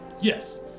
Yes